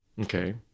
Okay